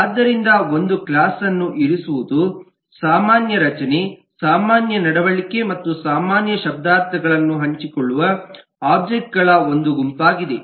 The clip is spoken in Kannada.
ಆದ್ದರಿಂದ ಒಂದು ಕ್ಲಾಸ್ ಅನ್ನು ಇರಿಸುವುದು ಸಾಮಾನ್ಯ ರಚನೆ ಸಾಮಾನ್ಯ ನಡವಳಿಕೆ ಮತ್ತು ಸಾಮಾನ್ಯ ಶಬ್ದಾರ್ಥಗಳನ್ನು ಹಂಚಿಕೊಳ್ಳುವ ಒಬ್ಜೆಕ್ಟ್ ಗಳ ಒಂದು ಗುಂಪಾಗಿದೆ